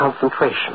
concentration